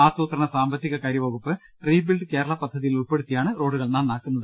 ആസൂത്രണ സാമ്പത്തിക കാര്യ വകുപ്പ് റീബിൽഡ് കേരള പദ്ധതിയിൽ ഉൾപ്പെടുത്തിയാണ് റോഡുകൾ ന്ന്നാക്കുക